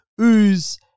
ooze